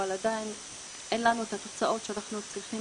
אבל עדיין אין לנו את התוצאות שאנחנו צריכים